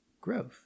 growth